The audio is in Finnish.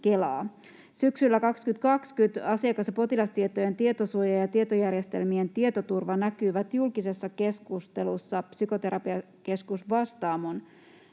Kelaa. Syksyllä 2020 asiakas- ja potilastietojen tietosuoja- ja tietojärjestelmien tietoturva näkyivät julkisessa keskustelussa Psykoterapiakeskus Vastaamoon